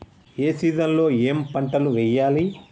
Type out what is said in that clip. ఏ season లో ఏం పంటలు వెయ్యాలి?